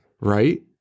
right